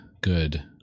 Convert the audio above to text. good